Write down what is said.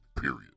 period